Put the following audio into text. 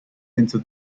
into